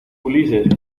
ulises